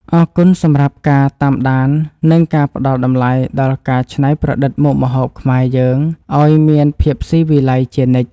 អរគុណសម្រាប់ការតាមដាននិងការផ្តល់តម្លៃដល់ការច្នៃប្រឌិតមុខម្ហូបខ្មែរយើងឱ្យមានភាពស៊ីវិល័យជានិច្ច។